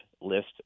list